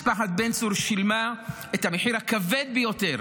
משפחת בן צור שילמה את המחיר הכבד ביותר